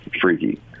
freaky